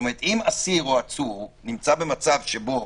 זאת אומרת, אם אסיר או עצור נמצא במצב שבו